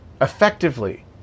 effectively